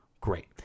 Great